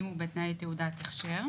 רישיון ובלבד שהתקיים האמור בסעיף קטן (א1),